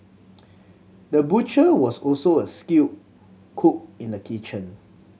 the butcher was also a skilled cook in the kitchen